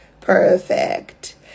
Perfect